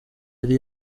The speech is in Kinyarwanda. yari